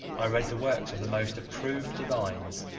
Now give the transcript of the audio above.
i read the works of the most approved divines,